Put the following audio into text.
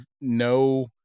no